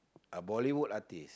a Bollywood artist